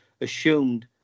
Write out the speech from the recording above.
assumed